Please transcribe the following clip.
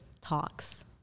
talks